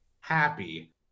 happy